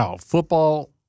football